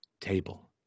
table